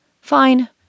Fine